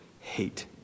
hate